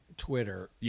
twitter